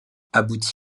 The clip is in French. aboutit